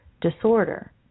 disorder